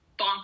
bonkers